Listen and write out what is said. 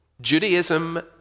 Judaism